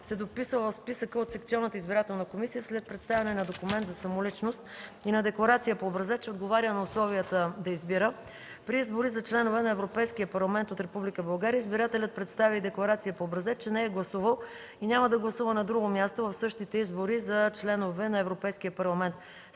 се дописва в списъка от секционната избирателна комисия след представяне на документ за самоличност и на декларация по образец, че отговаря на условията да избира. При избори за членове на Европейския парламент от Република България избирателят представя и декларация по образец, че не е гласувал и няма да гласува на друго място в същите избори за членове на Европейския парламент.